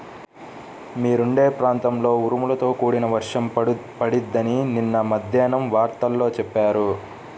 మీరుండే ప్రాంతంలో ఉరుములతో కూడిన వర్షం పడిద్దని నిన్న మద్దేన్నం వార్తల్లో చెప్పారు